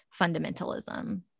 fundamentalism